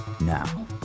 Now